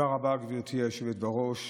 תודה רבה, גברתי היושבת-ראש.